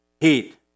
heat